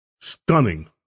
stunning